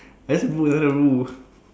I just broke another rule